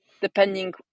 depending